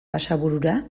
basaburura